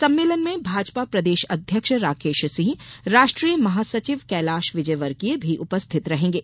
सम्मेलन में भाजपा प्रदेश अध्यक्ष राकेश सिंह राष्ट्रीय महासचिव कैलाश विजयवर्गीय भी उपस्थित रहेंगे